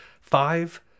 five